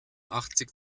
achtzig